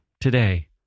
today